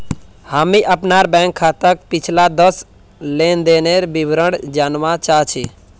हामी अपनार बैंक खाताक पिछला दस लेनदनेर विवरण जनवा चाह छि